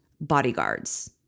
bodyguards